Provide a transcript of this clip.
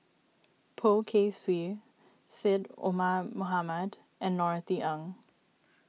Poh Kay Swee Syed Omar Mohamed and Norothy Ng